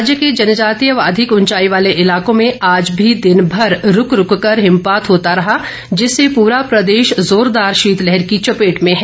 राज्य के जनजातीय व अधिक ऊंचाई वाले इलाकों में आज भी दिनभर रूक रूक कर हिमपात होता रहा जिससे पूरा प्रदेश जोरदार शीत लहर की चपेट में है